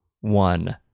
one